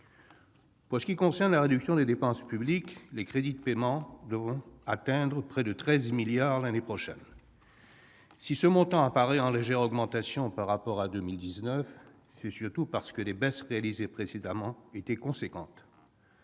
Pour ce qui concerne la réduction des dépenses publiques, les crédits de paiement devront atteindre près de 13 milliards d'euros l'année prochaine. Si ce montant paraît en légère augmentation par rapport à 2019, c'est surtout parce que les baisses réalisées précédemment étaient importantes.